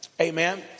Amen